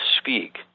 speak